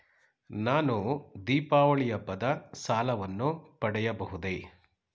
ನಾನು ದೀಪಾವಳಿ ಹಬ್ಬದ ಸಾಲವನ್ನು ಪಡೆಯಬಹುದೇ?